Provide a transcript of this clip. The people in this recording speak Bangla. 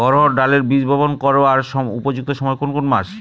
অড়হড় ডালের বীজ বপন করার উপযুক্ত সময় কোন কোন মাস?